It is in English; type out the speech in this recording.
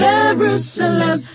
Jerusalem